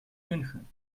münchen